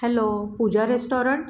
hello Pooja restaurant